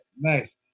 Nice